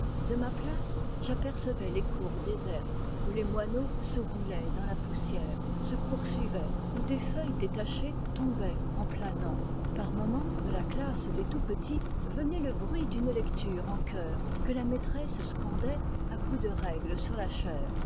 de ma place j'apercevais les coûrs désertes où les moineaux se roulaient dans là poussière se poursuivaient où des feuilles détachées tombaient eh planant par moment de la classe des tout petits venait le bruit d'une lecture en chœur que la maitresse scandait à coups de règle sur la chaire